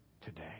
today